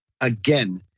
again